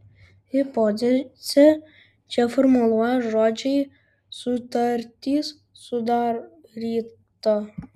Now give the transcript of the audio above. hipotezę čia formuluoja žodžiai sutartis sudaryta